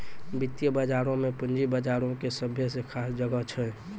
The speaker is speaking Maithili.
वित्तीय बजारो मे पूंजी बजारो के सभ्भे से खास जगह छै